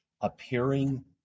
appearing